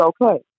okay